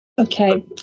okay